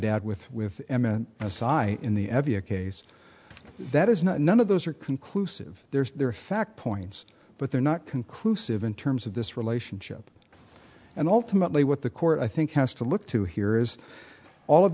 add with with them and i cite in the evi a case that is not none of those are conclusive there's there are fact points but they're not conclusive in terms of this relationship and ultimately what the court i think has to look to hear is all of